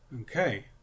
Okay